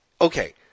okay